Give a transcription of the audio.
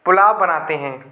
पुलाव बनाते हैं